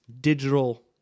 digital